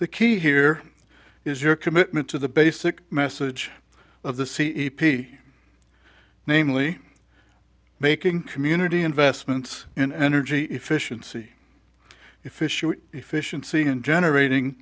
the key here is your commitment to the basic message of the c e p t namely making community investments in energy efficiency efficient efficiency in generating